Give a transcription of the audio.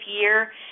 year